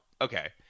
okay